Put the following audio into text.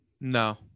no